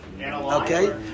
Okay